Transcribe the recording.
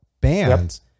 bands